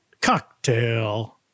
cocktail